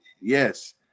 yes